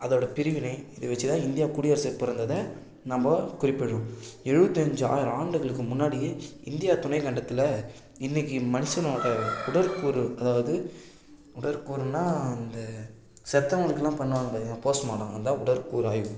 அதோடய பிரிவினை இது வெச்சு தான் இந்தியா குடியரசுக்குப் பிறந்தத நம்ம குறிப்பிடுறோம் எழுபத்து அஞ்சு ஆ ஆண்டுகளுக்கு முன்னாடியே இந்தியா துணைக்கண்டத்தில் இன்றைக்கு மனுஷனோட உடற்கூறு அதாவது உடற்கூறுனால் அந்த செத்தவர்களுக்கெல்லாம் பண்ணுவாங்களே போஸ் மாடம் அதுதான் உடற்கூறாய்வு